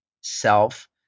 self